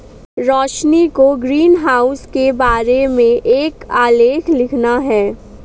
रोशिनी को ग्रीनहाउस के बारे में एक आलेख लिखना है